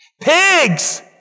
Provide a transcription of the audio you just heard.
Pigs